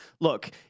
look